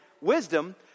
wisdom